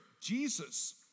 Jesus